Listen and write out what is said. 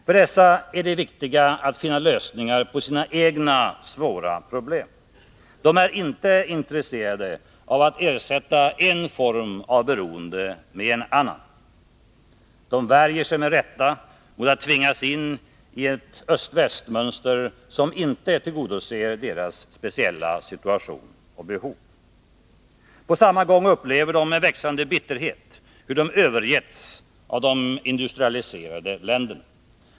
För dessa är det viktiga att finna lösningar på sina egna svåra problem. De är inte intresserade av att ersätta en form av beroende med en annan. De värjer sig med detta mot att tvingas in i ett öst-väst-mönster, som inte tillgodoser deras speciella situation och behov. På samma gång upplever de med växande bitterhet hur de övergetts av de industrialiserade länderna.